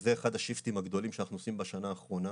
וזה אחד ה-shifting הגדולים שאנחנו עושים בשנה האחרונה.